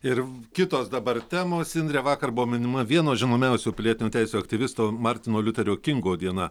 ir kitos dabar temos indre vakar buvo minima vieno žinomiausių pilietinių teisių aktyvisto martino liuterio kingo diena